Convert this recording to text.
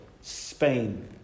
Spain